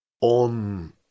on